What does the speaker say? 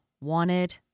wanted